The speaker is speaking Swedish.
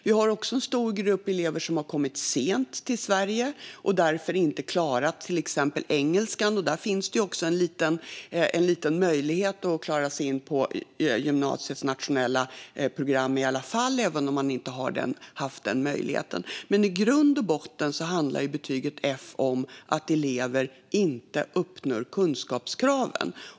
Det finns också en stor grupp elever som har kommit sent till Sverige och därför inte klarat till exempel engelskan. Där finns i alla fall en liten möjlighet att klara sig in på gymnasiets nationella program även om man inte har haft den möjligheten. I grund och botten handlar betyget F om att elever inte uppnår kunskapskraven.